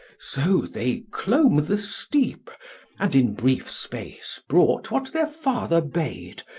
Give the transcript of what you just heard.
so they clomb the steep and in brief space brought what their father bade,